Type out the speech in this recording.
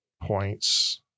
points